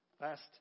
Last